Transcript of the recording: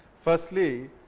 Firstly